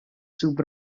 sub